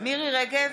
מירי מרים רגב,